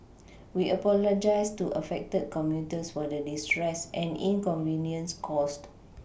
we apologise to affected commuters for the distress and inconvenience caused